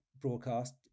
broadcast